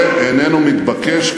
אני חושב שהדבר הזה איננו מתבקש,